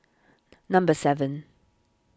number seven